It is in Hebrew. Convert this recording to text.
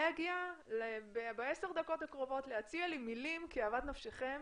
הפריבילגיה בעשר הדקות הקרובות להציע לי מילים כאוות נפשכם